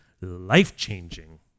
life-changing